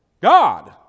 God